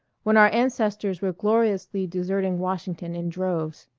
when our ancestors were gloriously deserting washington in droves.